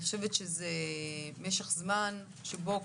אני חושבת שזה משך זמן שבו,